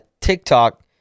TikTok